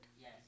Yes